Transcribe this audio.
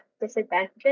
disadvantages